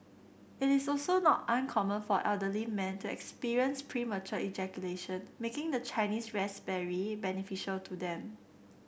it is also not uncommon for elderly men to experience premature ejaculation making the Chinese raspberry beneficial to them